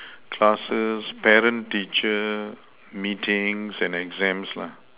classes parent teacher meetings and exams